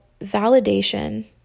validation